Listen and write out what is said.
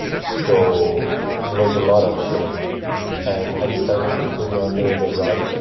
so it was a lot of shame. and i decided to put it under the rug